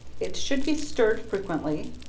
it should be stirred frequently,